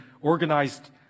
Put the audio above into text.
organized